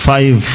Five